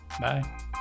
Bye